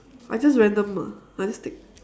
I just random ah I just take